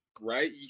right